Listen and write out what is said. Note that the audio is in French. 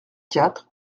quatre